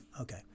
Okay